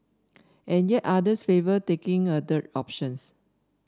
and yet others favour taking a third options